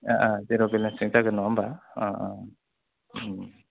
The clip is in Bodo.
ए जिर' बेलेन्सजो जागोन नङा होमब्ला